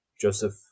Joseph